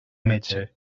metge